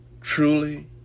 Truly